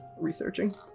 researching